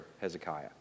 Hezekiah